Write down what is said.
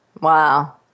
Wow